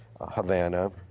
Havana